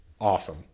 awesome